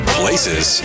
places